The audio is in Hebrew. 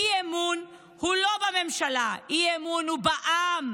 האי-אמון הוא לא בממשלה, האי-אמון הוא בעם,